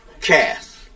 cast